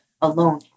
alone